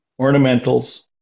ornamentals